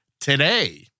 today